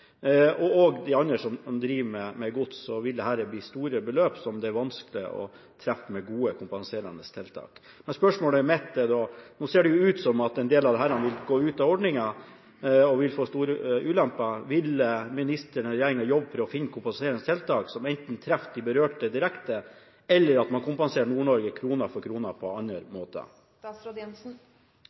de andre som driver med gods, vil dette bli store beløp som det er vanskelig å treffe med gode kompenserende tiltak. Spørsmålet mitt er da: Nå ser det ut til at en del av dette vil gå ut av ordningen og føre til store ulemper. Vil ministeren og regjeringen jobbe for å finne kompenserende tiltak som enten treffer de berørte direkte, eller at man kompenserer Nord-Norge krone for krone på